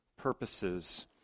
purposes